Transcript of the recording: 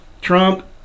Trump